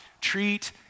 treat